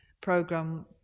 program